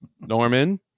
norman